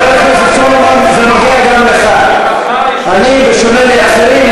טוב, עוד מילה, ואני אתחיל להוציא.